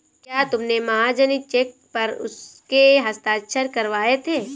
क्या तुमने महाजनी चेक पर उसके हस्ताक्षर करवाए थे?